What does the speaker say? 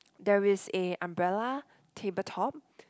there is a umbrella tabletop